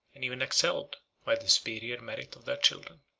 and even excelled, by the superior merit of their children.